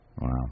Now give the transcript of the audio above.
Wow